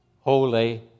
holy